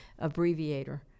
abbreviator